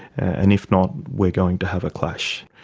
and if not, we're going to have a clash.